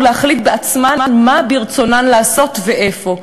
ולהחליט בעצמן מה ברצונן לעשות ואיפה.